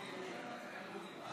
את הכותל לתל אביב,